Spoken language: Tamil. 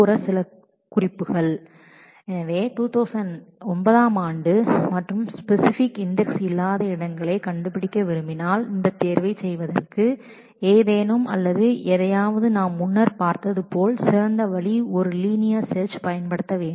எனவே நாம் 2009 ஆம் ஆண்டு என்பதில் உள்ள டியூபில்களை கண்டு பிடிக்க வேண்டும் மற்றும் அவற்றிற்கு குறிப்பிட்ட இன்டெக்ஸ் இல்லாத இடங்களைக் கண்டுபிடிக்க விரும்பினால் இந்த செலக்ஷனை செய்வதற்கு ஏதேனும் நாம் முன்னர் பார்த்தது போல் சிறந்த ஒரு வழி லீனியர் ஸ்கேன் பயன்படுத்த வேண்டும்